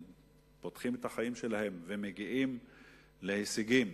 פותחים את החיים שלהם ומגיעים להישגים,